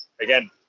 again